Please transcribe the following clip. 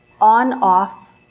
on-off